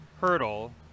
hurdle